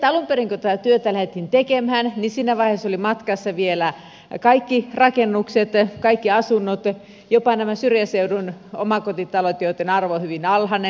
alun perin kun tätä työtä lähdettiin tekemään siinä vaiheessa olivat matkassa vielä kaikki rakennukset kaikki asunnot jopa nämä syrjäseudun omakotitalot joitten arvo on hyvin alhainen